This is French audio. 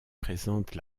présente